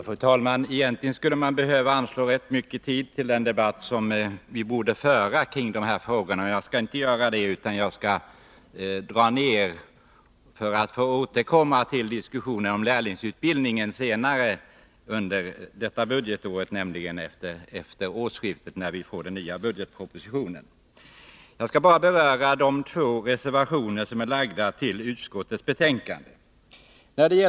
Fru talman! Egentligen skulle man behöva anslå ganska mycket tid till den debatt som vi borde föra kring dessa frågor. Jag skall emellertid inte göra det, utan i stället korta mitt anförande. Vi får återkomma till diskussionen om lärlingsutbildningen senare under detta budgetår, nämligen efter årsskiftet, när vi får den nya budgetpropositionen. Jag skall bara beröra de två reservationer som är fogade till utskottets betänkande.